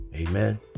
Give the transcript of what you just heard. Amen